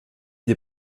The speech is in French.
des